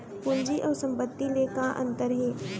पूंजी अऊ संपत्ति ले का अंतर हे?